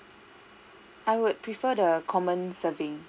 I would prefer the common serving